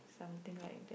something like that